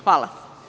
Hvala.